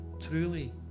truly